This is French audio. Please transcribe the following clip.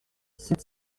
sept